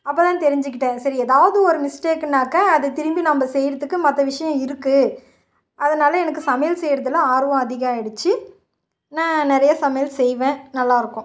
அப்போதான் தெரிஞ்சுக்கிட்டேன் சரி ஏதாவது ஒரு மிஸ்டேக்குன்னாக்க அதை திரும்பி நம்ம செய்கிறத்துக்கு மற்ற விஷயம் இருக்குது அதனால் எனக்கு சமையல் செய்யிறதில் ஆர்வம் அதிகம் ஆகிடுச்சி நான் நிறைய சமையல் செய்வேன் நல்லாயிருக்கும்